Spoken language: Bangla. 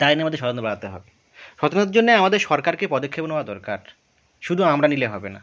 তাই জন্যে আমাদের সচেতনতা বাড়াতে হবে সচেতনতার জন্যে আমাদের সরকারকে পদক্ষেপ নেওয়া দরকার শুধু আমরা নিলে হবে না